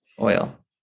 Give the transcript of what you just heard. oil